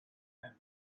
and